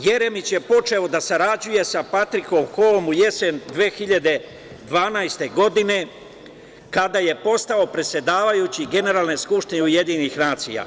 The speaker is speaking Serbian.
Jeremić je počeo da sarađuje sa Patrikom Hoom u jesen 2012. godine kada je postao predsedavajući Generalne skupštine UN.